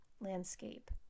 landscape